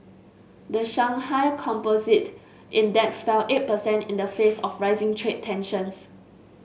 the Shanghai Composite Index fell eight percent in the face of rising trade tensions